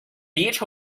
beech